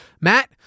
Matt